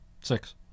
Six